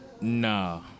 nah